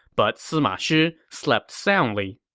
but sima shi slept soundly.